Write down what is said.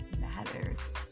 matters